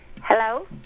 Hello